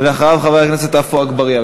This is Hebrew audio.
ואחריו, חבר הכנסת עפו אגבאריה.